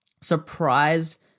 surprised